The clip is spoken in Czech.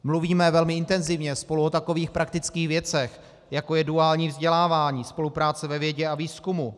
Mluvíme velmi intenzivně spolu o takových praktických věcech, jako je duální vzdělávání, spolupráce ve vědě a výzkumu.